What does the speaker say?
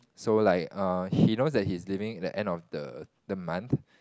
so like err he knows that he is leaving the end of the the month